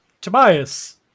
Tobias